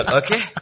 okay